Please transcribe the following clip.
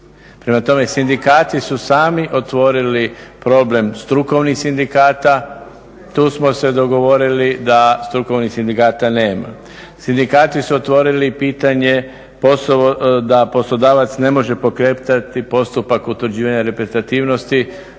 Prema tome sindikati su sami otvorili problem strukovnih sindikata, tu smo se dogovorili da strukovnih sindikata nema. Sindikati su otvorili pitanje da poslodavac ne može pokretati postupak utvrđivanja reprezentativnosti,